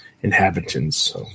inhabitants